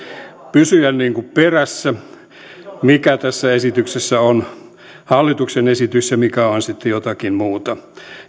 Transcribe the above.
pysyä perässä mikä tässä esityksessä on hallituksen esitys ja mikä on sitten jotakin muuta